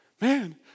Man